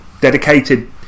dedicated